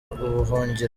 ubuhungiro